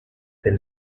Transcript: then